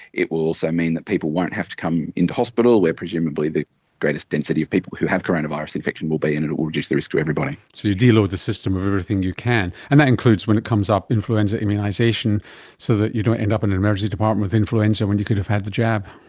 it will also mean that people won't have to do come into hospital where presumably the greatest density of people who have coronavirus infection will be and it it will reduce the risk to everybody. so you de-load the system of everything you can, and that includes when it comes up, influenza immunisation so that you don't end up in an emergency department with influenza when you could have had the jab.